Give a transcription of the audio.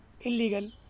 illegal